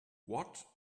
watt